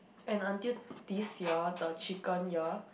and until this year the chicken year